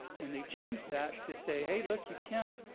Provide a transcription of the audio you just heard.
and they changed that to say, hey look, you can't,